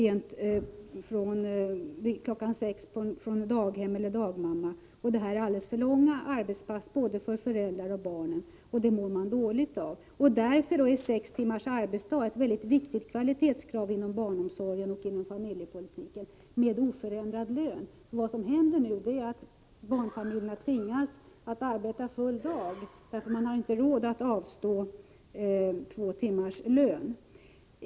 18.00 från daghem eller dagmamma. Det är alldeles för långa arbetspass för både föräldrar och barn, och det mår de dåligt av. Därför är sex timmars arbetsdag ett väldigt viktigt kvalitetskrav inom barnomsorgen och familjepolitiken — med oförändrad lön. Vad som händer nu är att barnfamiljerna tvingas arbeta full dag därför att de inte har råd att avstå två timmars lön.